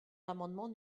l’amendement